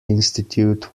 institute